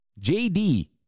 JD